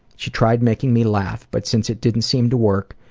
she tried making me laugh, but since it didn't seem to work,